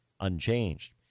unchanged